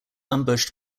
ambushed